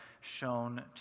shown